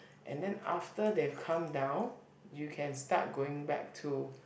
and then after they have calm down you can start going back to